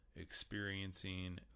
experiencing